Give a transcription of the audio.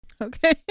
Okay